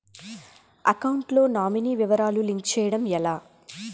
Account లో nominee వివరాలు link చేయటం ఎలా?